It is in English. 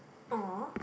oh